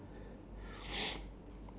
red colour shoes is it